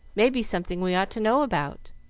may be something we ought to know about.